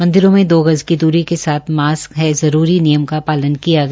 मंदिरों में दो गज की दूरी के साथ मास्क हे जरूरी नियम का पालन किया गया